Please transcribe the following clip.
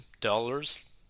dollars